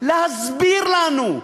להסביר לנו,